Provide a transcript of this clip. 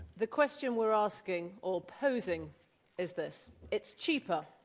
the question we're asking, or posing is this. it's cheaper,